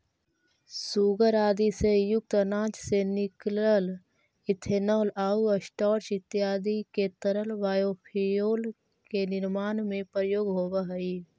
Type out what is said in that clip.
सूगर आदि से युक्त अनाज से निकलल इथेनॉल आउ स्टार्च इत्यादि के तरल बायोफ्यूल के निर्माण में प्रयोग होवऽ हई